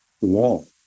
wall